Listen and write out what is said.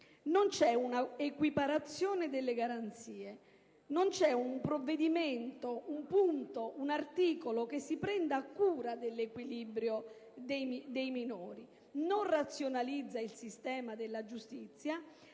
infatti un'equiparazione delle garanzie, non c'è un provvedimento, un punto, un articolo che si prenda cura dell'equilibrio dei minori. Esso non razionalizza il sistema della giustizia,